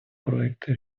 проекти